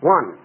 One